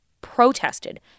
protested